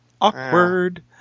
Awkward